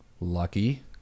Lucky